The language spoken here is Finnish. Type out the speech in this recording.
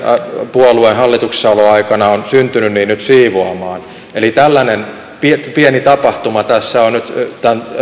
puolueen hallituksessaoloaikana on syntynyt nyt siivoamaan tällainen pieni tapahtuma tässä on nyt tämän